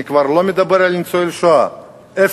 אני כבר לא מדבר על ניצולי השואה אפס.